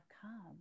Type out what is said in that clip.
come